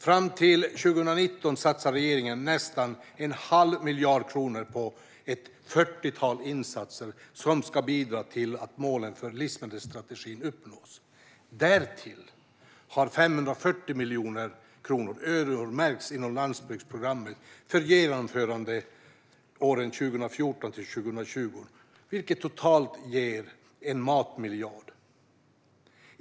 Fram till 2019 satsar regeringen nästan en halv miljard kronor på ett fyrtiotal insatser som ska bidra till att målen för livsmedelsstrategin uppnås. Därtill har 540 miljoner kronor öronmärkts inom landsbygdsprogrammet för genomförandet under åren 2014-2020, vilket totalt ger en matmiljard.